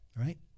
right